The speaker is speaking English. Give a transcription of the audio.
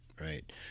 right